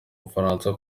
bufaransa